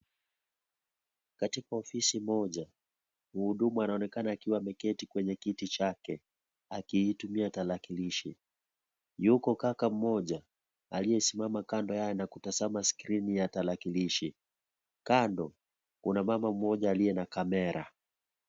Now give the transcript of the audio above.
Katika ofisi moja, mhudumu anaonekana akiwa ameketi kwenye kiti chake, akiitumia tarakilishi. Yuko kaka mmoja, aliyesimama kando yake na kutazama screen ya tarakilishi. Kando, kuna mama mmoja aliye na kamera.